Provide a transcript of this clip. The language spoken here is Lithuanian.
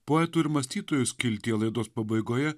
poetų ir mąstytojų skiltyje laidos pabaigoje